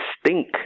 stink